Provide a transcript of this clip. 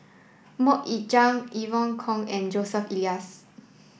Mok Ying Jang Evon Kow and Joseph Elias